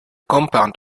compound